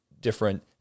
different